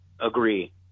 agree